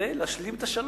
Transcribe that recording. כדי להשלים את השלום,